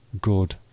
good